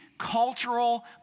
cultural